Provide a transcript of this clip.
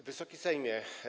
Wysoki Sejmie!